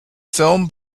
film